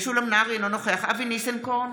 משולם נהרי, אינו נוכח אבי ניסנקורן,